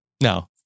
No